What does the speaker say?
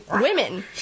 women